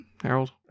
Harold